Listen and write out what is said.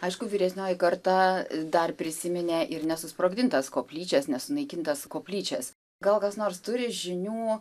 aišku vyresnioji karta dar prisiminė ir nesusprogdintas koplyčias nesunaikintas koplyčias gal kas nors turi žinių